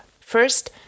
First